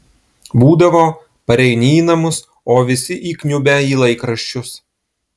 būdavo pareini į namus o visi įkniubę į laikraščius